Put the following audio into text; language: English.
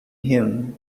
him